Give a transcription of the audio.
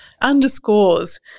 underscores